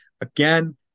Again